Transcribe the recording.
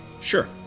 Sure